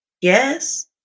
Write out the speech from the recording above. yes